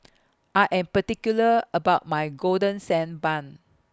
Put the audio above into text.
I Am particular about My Golden Sand Bun